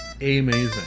amazing